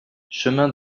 chemin